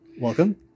Welcome